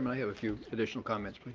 have a few additional comments, please.